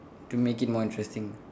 to make it more interesting